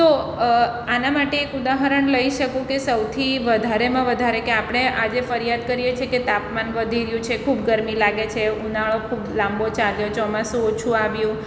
તો આના માટે એક ઉદાહરણ લઈ શકું કે સૌથી વધારેમાં વધારે કે આપણે આજે ફરિયાદ કરીએ છીએ કે તાપમાન વધુ રહ્યું છે ખૂબ ગરમી લાગે છે ઉનાળો ખૂબ લાંબો ચાલ્યો ચોમાસું ઓછું આવ્યું